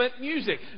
music